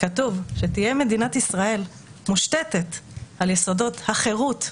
כתוב שתהיה מדינת ישראל מושתתת על יסודות החירות,